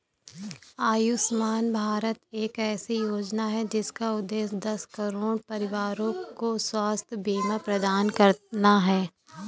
आयुष्मान भारत एक ऐसी योजना है जिसका उद्देश्य दस करोड़ परिवारों को स्वास्थ्य बीमा प्रदान करना है